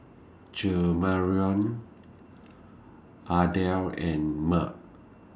Jamarion Ardell and Meg